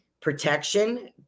protection